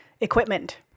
equipment